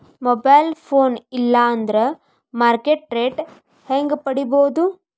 Mobile phone ಇಲ್ಲಾ ಅಂದ್ರ market rate ಹೆಂಗ್ ಪಡಿಬೋದು?